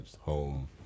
home